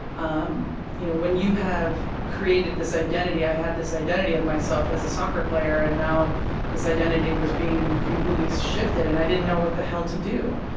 um you know when you have created this identity i had this identity of myself as a soccer player, and now this identity was being completely shifted. and i didn't know what the hell to do.